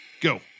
go